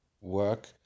work